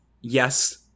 yes